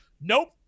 Nope